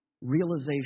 realization